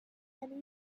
honey